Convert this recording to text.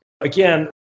again